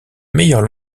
meilleurs